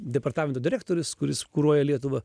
departamento direktorius kuris kuruoja lietuvą